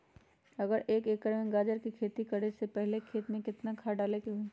अगर एक एकर में गाजर के खेती करे से पहले खेत में केतना खाद्य डाले के होई?